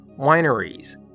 wineries